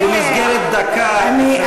במסגרת דקה אפשר להגיע לשאלה.